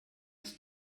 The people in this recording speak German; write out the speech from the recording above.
ist